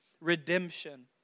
redemption